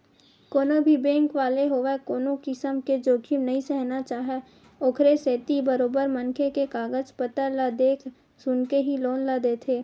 कोनो भी बेंक वाले होवय कोनो किसम के जोखिम नइ सहना चाहय ओखरे सेती बरोबर मनखे के कागज पतर ल देख सुनके ही लोन ल देथे